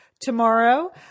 tomorrow